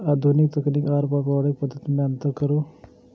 आधुनिक तकनीक आर पौराणिक पद्धति में अंतर करू?